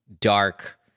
dark